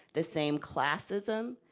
the same classism,